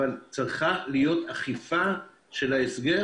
אבל גם צריכה להיות אכיפה של ההסגר,